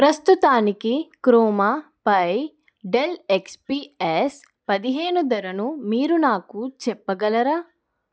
ప్రస్తుతానికి క్రోమాపై Dell XPS పదిహేను ధరను మీరు నాకు చెప్పగలరా